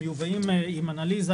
הם מיובאים עם אנליזה.